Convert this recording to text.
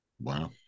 Wow